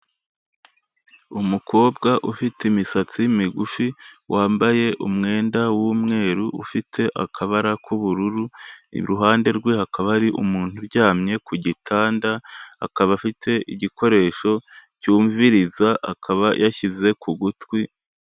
Umukobwa ufite imisatsi migufi, wambaye umwenda w'umweru ufite akabara k'ubururu, iruhande rwe hakaba hari umuntu uryamye ku gitanda, akaba afite igikoresho cyumviriza, akaba yashyize ku gutwi